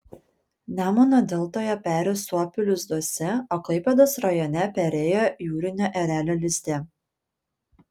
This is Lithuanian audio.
nemuno deltoje peri suopių lizduose o klaipėdos rajone perėjo jūrinio erelio lizde